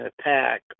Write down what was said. attack